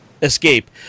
escape